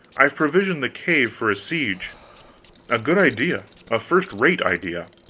i've provisioned the cave for a siege a good idea, a first-rate idea.